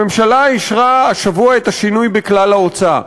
הממשלה אישרה השבוע את השינוי בכלל ההוצאה.